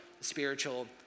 spiritual